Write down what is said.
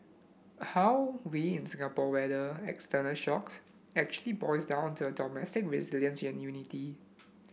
how we in Singapore weather external shocks actually boils down to our domestic resilience and unity